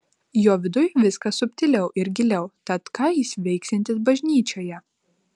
jo viduj viskas subtiliau ir giliau tad ką jis veiksiantis bažnyčioje